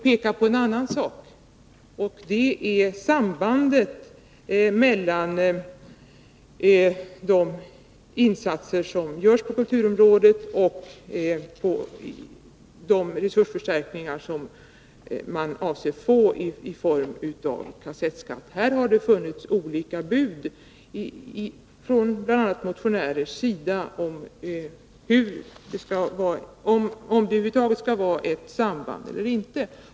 Låt mig vidare peka på sambandet mellan de föreslagna insatserna på kulturområdet och de resursförstärkningar som man avser få genom införandet av en kassettskatt. Det har funnits olika bud från bl.a. olika motionärers sida om det över huvud taget skall vara ett samband eller inte.